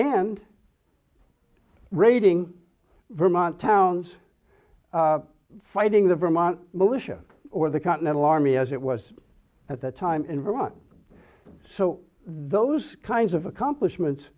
and raiding vermont towns fighting the vermont militia or the continental army as it was at that time in vermont so those kinds of accomplishment